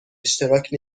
اشتراک